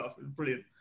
Brilliant